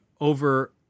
over